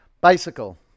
Bicycle